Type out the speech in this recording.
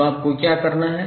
तो आपको क्या करना है